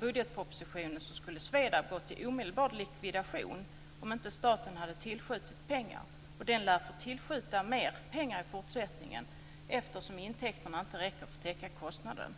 budgetpropositionen framgår att SVEDAB skulle ha gått i omedelbar likvidation om inte staten hade tillskjutit pengar. Staten lär få skjuta till mer pengar i fortsättningen eftersom intäkterna inte räcker för att täcka kostnaderna.